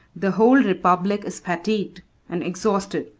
the whole republic is fatigued and exhausted.